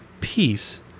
peace